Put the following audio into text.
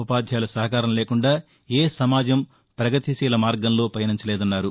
ఉపాధ్యాయుల సహకారం లేకుండా ఏ సమాజం ప్రపగతిశీల మార్గంలో పయనించలేదన్నారు